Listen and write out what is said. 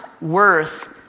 worth